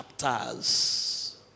chapters